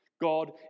God